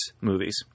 movies